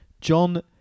John